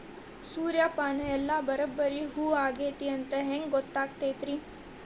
ಸೂರ್ಯಪಾನ ಎಲ್ಲ ಬರಬ್ಬರಿ ಹೂ ಆಗೈತಿ ಅಂತ ಹೆಂಗ್ ಗೊತ್ತಾಗತೈತ್ರಿ?